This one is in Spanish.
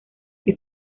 que